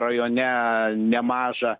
rajone nemažą